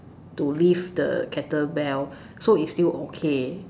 to lift the kettle bell so it's still okay